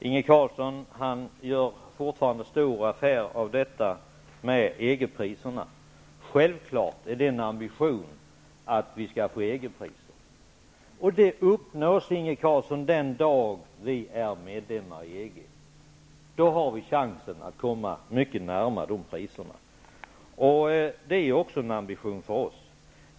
Herr talman! Inge Carlsson gör fortfarande stor affär av detta med EG-priserna. Det är självfallet en ambition att vi skall få EG-priser. Det uppnås, Inge Carlsson, den dag vi är medlemmar i EG. Då har vi chansen att komma mycket nära de priserna. Det är också en ambition för oss.